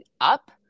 up